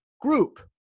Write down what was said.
group